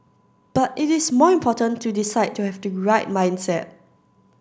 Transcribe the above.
but it is more important to decide to have the right mindset